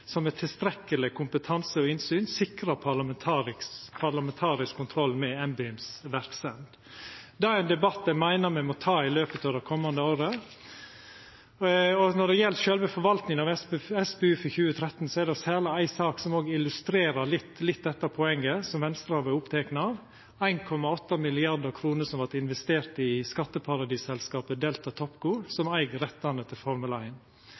Stortinget har ein tilsynsfunksjon som med tilstrekkeleg kompetanse og innsyn, sikrar parlamentarisk kontroll med NBIMs verksemd. Det er ein debatt eg meiner me må ta i løpet av det kommande året. Når det gjeld sjølve forvaltninga av SPU for 2013, er det særleg ei sak som òg illustrerer litt dette poenget som me i Venstre har vore opptekne av: 1,8 mrd. kr som vart investerte i skatteparadisselskapet Delta Topco, som eig rettane til